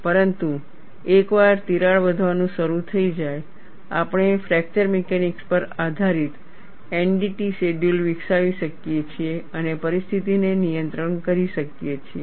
પરંતુ એકવાર તિરાડ વધવાનું શરૂ થઈ જાય આપણે ફ્રેક્ચર મિકેનિક્સ પર આધારિત NDT શેડ્યૂલ વિકસાવી શકીએ છીએ અને પરિસ્થિતિને નિયંત્રિત કરી શકીએ છીએ